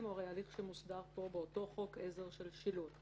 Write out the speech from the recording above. הוא הליך שמוסדר באותו חוק עזר של שילוט.